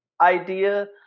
idea